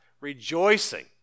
rejoicing